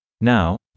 Now